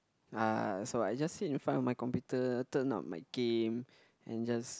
uh so I just sit in front of my computer turn up my game and just